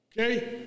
Okay